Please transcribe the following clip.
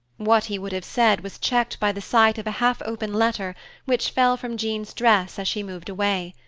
what he would have said was checked by the sight of a half-open letter which fell from jean's dress as she moved away.